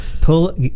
pull